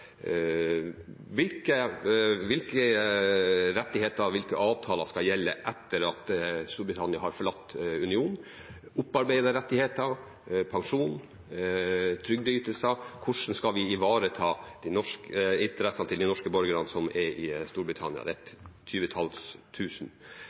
Hvilke rettigheter og hvilke avtaler skal gjelde etter at Storbritannia har forlatt unionen – opparbeidede rettigheter, pensjon, trygdeytelser – hvordan skal vi ivareta interessene til de norske borgerne som er i Storbritannia?